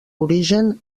origen